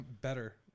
Better